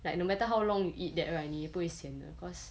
like no matter how long you eat that right 你不会 sian 的 cause